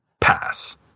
pass